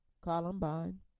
Columbine